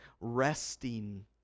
resting